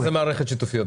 מה זה מערכת שיתופיות?